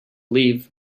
leave